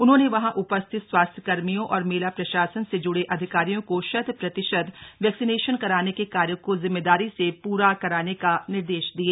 उन्होंने वहां उपस्थित स्वास्थ्य कर्मियों और मेला प्रशासन से ज्ड़े अधिकारियों को शत प्रतिशत वैक्सीनेशन कराने के कार्य को जिम्मेदारी से पूरा कराने का निर्देश दिये